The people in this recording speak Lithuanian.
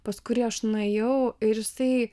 pas kurį aš nuėjau ir jisai